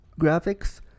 graphics